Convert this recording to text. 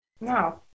No